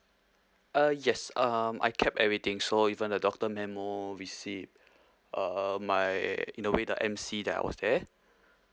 uh yes um I kept everything so even the doctor memo receipt uh my in a way the M_C that I was there